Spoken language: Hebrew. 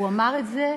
הוא אמר את זה,